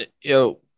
Yo